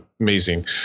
amazing